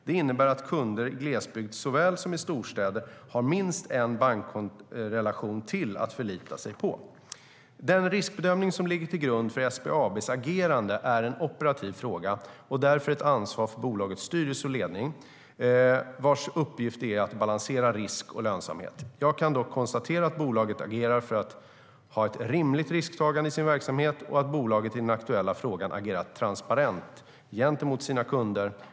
Det innebär att kunder i såväl glesbygd som storstäder har minst en bankrelation till att förlita sig på. Den riskbedömning som ligger till grund för SBAB:s agerande är en operativ fråga och därför ett ansvar för bolagets styrelse och ledning, vars uppgift det är att balansera risk och lönsamhet. Jag kan dock konstatera att bolaget agerar för att ha ett rimligt risktagande i sin verksamhet och att bolaget i den aktuella frågan har agerat transparent gentemot sina kunder.